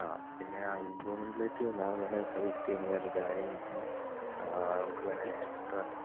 ആ പിന്നെ ആ ഇമ്പ്രൂവ്മെൻറ്റിലേക്ക് സാറ് വേണേ സജസ്റ്റ് ചെയ്യാം ഒരു കാര്യം എന്ന് വെച്ചാൽ നമുക്ക് വേണേൽ എക്സ്ട്രാ